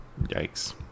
Yikes